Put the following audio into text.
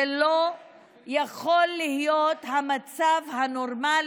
זה לא יכול להיות המצב הנורמלי,